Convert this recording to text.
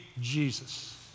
Jesus